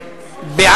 נתקבל.